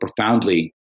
profoundly